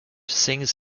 sings